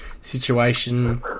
situation